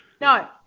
no